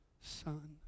son